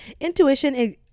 intuition